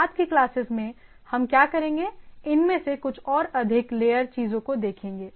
बाद की क्लासेस में हम क्या करेंगे इनमें से कुछ और अधिक लेयर चीजों को देखेंगे